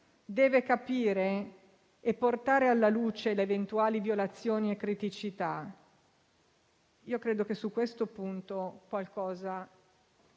Deve capire e portare alla luce le eventuali violazioni e criticità. Credo che su questo punto qualcosa